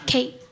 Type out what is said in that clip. Kate